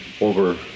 over